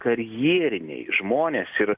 karjeriniai žmonės ir